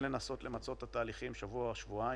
לנסות למצות את התהליכים עוד שבוע-שבועיים.